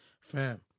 Fam